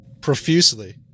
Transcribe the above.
Profusely